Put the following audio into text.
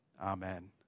Amen